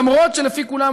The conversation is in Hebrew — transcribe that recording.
למרות שלפי כולם,